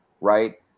right